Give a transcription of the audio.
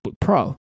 Pro